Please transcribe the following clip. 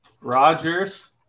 Rogers